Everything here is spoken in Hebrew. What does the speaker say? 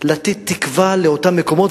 לתת תקווה לאותם מקומות.